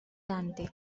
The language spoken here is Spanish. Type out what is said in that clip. dante